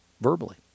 verbally